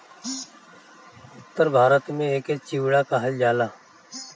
उत्तर भारत में एके चिवड़ा कहल जाला